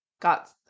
got